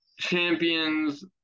champions